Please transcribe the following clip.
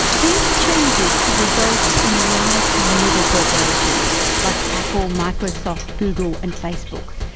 these changes have resulted in the rise of mega corporations like apple, microsoft, google, and facebook,